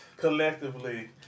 Collectively